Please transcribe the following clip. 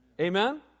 Amen